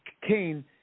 Cain